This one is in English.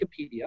Wikipedia